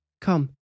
Come